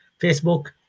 Facebook